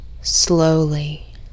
Slowly